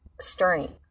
strength